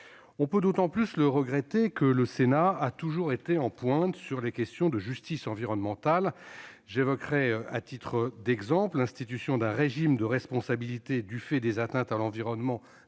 On peut d'autant plus déplorer ce procédé que le Sénat a toujours été en pointe sur les questions de justice environnementale. J'évoquerai à titre d'exemple l'institution d'un régime de responsabilité du fait des atteintes à l'environnement